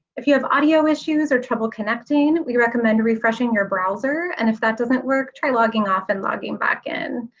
if you have audio issues or trouble connecting, we recommend refreshing your browser, and if that doesn't work try logging off and logging back in.